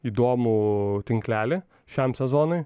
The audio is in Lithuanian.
įdomų tinklelį šiam sezonui